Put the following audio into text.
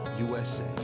USA